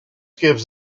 gives